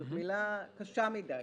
זו מילה קשה מידי